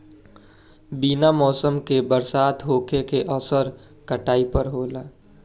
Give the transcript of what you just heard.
बिना मौसम के बरसात होखे के असर काटई पर होला